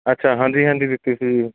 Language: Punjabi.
ਅੱਛਾ ਹਾਂਜੀ ਹਾਂਜੀ ਦਿੱਤੀ ਸੀਗੀ